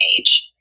age